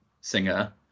singer